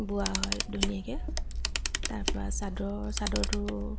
বোৱা হয় ধুনীয়াকৈ তাৰপৰা চাদৰ চাদৰটো